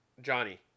Johnny